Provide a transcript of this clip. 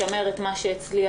לשמר את מה שהצליח.